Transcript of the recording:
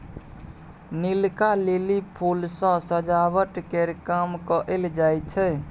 नीलका lily फुल सँ सजावट केर काम कएल जाई छै